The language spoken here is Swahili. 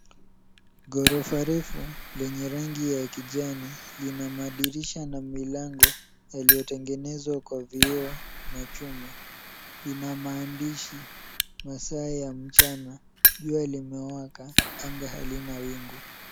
Ghorofa refu lenye rangi ya kijani, lina madirisha na milango yaliyotengenezwa kwa vioo na chuma. Lina maandishi, masaa ya mchana jua limewaka anga halina wingu.